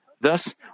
Thus